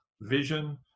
vision